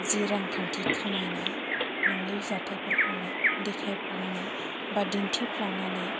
जि रांखान्थि खामायनाय नङै जाथायफोरखौनो देखायफ्लानानै बा दिन्थिफ्लानानै